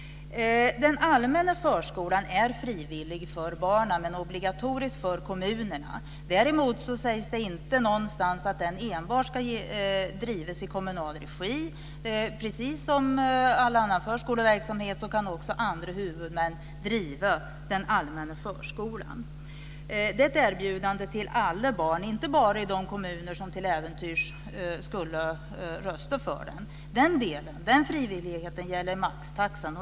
Den allmänna förskolan är frivillig för barnen men obligatorisk för kommunerna. Däremot sägs det inte någonstans att den enbart ska drivas i kommunal regi. Precis som i all annan förskoleverksamhet kan också andra huvudmän driva den allmänna förskolan. Det är ett erbjudande till alla barn, och inte bara i de kommuner som till äventyrs skulle rösta för den. Den delen, den frivilligheten, gäller maxtaxan.